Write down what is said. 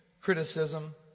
criticism